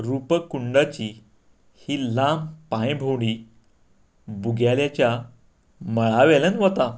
रूपकुंडाची ही लांब पांय भोंवडी बुग्यालाच्या मळावेल्यान वता